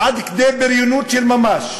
עד כדי בריונות של ממש,